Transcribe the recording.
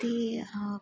ਅਤੇ ਆਹ